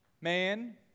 man